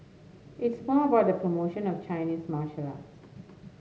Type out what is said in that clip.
it's more about the promotion of Chinese martial arts